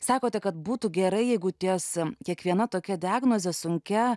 sakote kad būtų gerai jeigu tiesa kiekviena tokia diagnozė sunkia